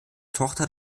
tochter